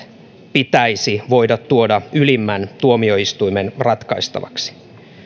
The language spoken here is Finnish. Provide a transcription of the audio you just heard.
pitäisi voida tuoda ylimmän tuomioistuimen ratkaistavaksi